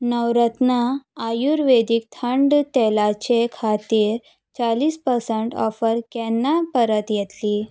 नवरत्न आयुर्वेदीक थंड तेलाचे खातीर चाळीस पर्संट ऑफर केन्ना परत येतली